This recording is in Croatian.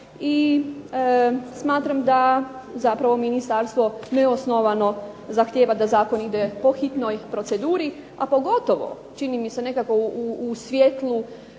i smatram da zapravo Ministarstvo neosnovano zahtijeva da Zakon ide po hitnoj proceduri, a pogotovo čini mi se nekako u svjetlu